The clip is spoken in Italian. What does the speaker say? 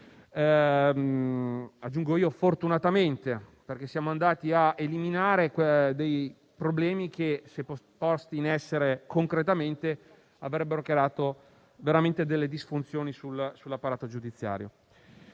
aggiungo io, perché siamo andati a eliminare dei problemi che, se posti in essere concretamente, avrebbero creato veramente delle disfunzioni nell'apparato giudiziario.